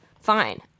fine